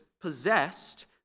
possessed